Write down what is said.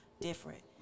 different